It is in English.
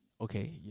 okay